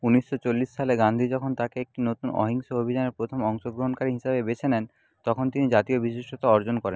উনিশশো চল্লিশ সালে গান্ধি যখন তাকে একটি নতুন অহিংস অভিযানে প্রথম অংশগ্রহণকারী হিসাবে বেছে নেন তখন তিনি জাতীয় বিশিষ্টতা অর্জন করে